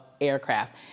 aircraft